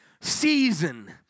season